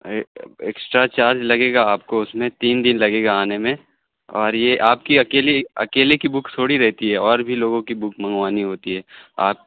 extra charge لگے گا آپ کو اس میں تین دن لگے گا آنے میں اور یہ آپ کی اکیلی اکیلے کی بک تھوڑی رہتی ہے اور بھی لوگوں کی بک منگوانی ہوتی ہے آپ